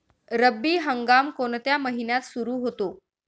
रब्बी हंगाम कोणत्या महिन्यात सुरु होतो?